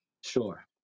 sure